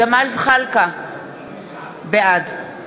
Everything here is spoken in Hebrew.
(הגבלת תשלום בעד טיפול בתביעה).